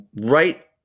right